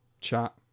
chat